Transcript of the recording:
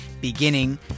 beginning